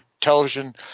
television